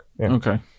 Okay